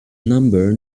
number